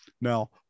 Now